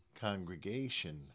congregation